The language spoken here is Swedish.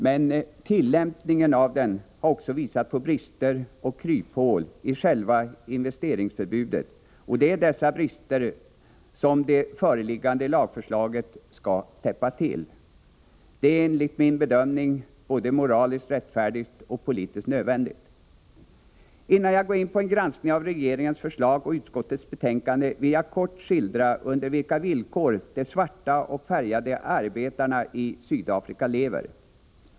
Men tillämpningen av den har också visat på brister och kryphål i själva investeringsförbudet, och det är dessa brister som det föreliggande lagförslaget skall täppa till. Det är enligt min bedömning både moraliskt rättfärdigt och politiskt nödvändigt. Innan jag går in på en granskning av regeringens förslag och utskottets betänkande vill jag kort skildra under vilka villkor de svarta och färgade arbetarna i Sydafrika lever.